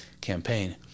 campaign